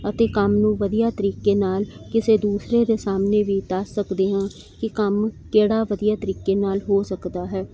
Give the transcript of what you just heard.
ਅਤੇ ਕੰਮ ਨੂੰ ਵਧੀਆ ਤਰੀਕੇ ਨਾਲ਼ ਕਿਸੇ ਦੂਸਰੇ ਦੇ ਸਾਹਮਣੇ ਵੀ ਦੱਸ ਸਕਦੇ ਹਾਂ ਕੀ ਕੰਮ ਕਿਹੜਾ ਵਧੀਆ ਤਰੀਕੇ ਨਾਲ਼ ਹੋ ਸਕਦਾ ਹੈ